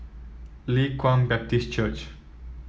Leng Kwang Baptist Church